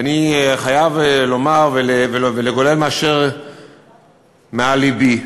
ואני חייב לומר ולגולל את אשר על לבי.